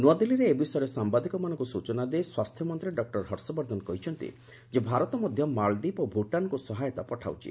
ନୂଆଦିଲ୍ଲୀରେ ଏ ବିଷୟରେ ସାମ୍ବାଦିକମାନଙ୍କୁ ସୂଚନା ଦେଇ ସ୍ୱାସ୍ଥ୍ୟ ମନ୍ତ୍ରୀ ଡକ୍ଟର ହର୍ଷବର୍ଦ୍ଧନ କହିଛନ୍ତି ଭାରତ ମଧ୍ୟ ମାଳଦୀପ ଓ ଭୂଟାନକୁ ସହାୟତା ପଠାଉଛି